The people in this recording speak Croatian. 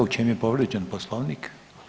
U čemu je povrijeđen Poslovnik?